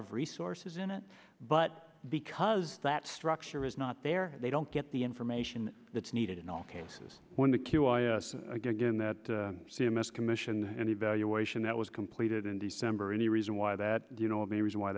of resources in it but because that structure is not there they don't get the information that's needed in all cases when the key again that c m s commissioned an evaluation that was completed in december and the reason why that you know the reason why